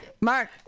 Mark